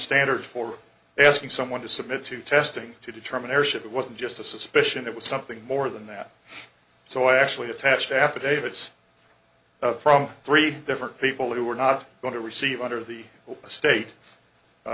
standard for asking someone to submit to testing to determine heirship it wasn't just a suspicion it was something more than that so i actually attached affidavits from three different people who were not going to receive under the estate